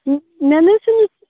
مےٚ نہَ حظ چھُنہٕ